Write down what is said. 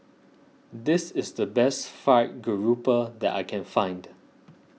this is the best Fried Garoupa that I can find